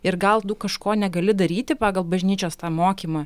ir gal tu kažko negali daryti pagal bažnyčios tą mokymą